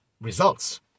results